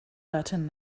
latin